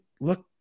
look